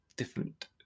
different